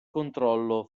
controllo